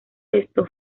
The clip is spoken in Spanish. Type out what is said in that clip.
esto